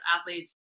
athletes